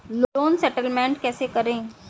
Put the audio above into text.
Loan settlement कैसे करें?